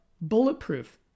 Bulletproof